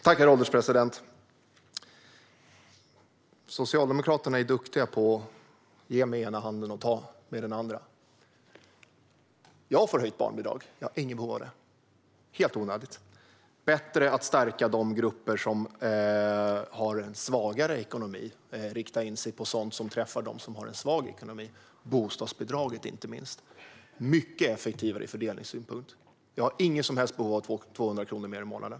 Herr ålderspresident! Socialdemokraterna är duktiga på att ge med ena handen och ta med den andra. Jag får höjt barnbidrag, och jag har inget behov av det. Det är helt onödigt. Det är bättre att stärka de grupper som har en svagare ekonomi och rikta in sig på sådant som träffar dem som har en svag ekonomi. Det gäller inte minst bostadsbidraget. Det är mycket effektivare ur fördelningssynpunkt. Jag har inget som helst behov av 200 kronor mer i månaden.